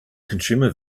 consumer